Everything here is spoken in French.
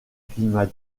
climat